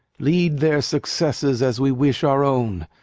lead their successes as we wish our own,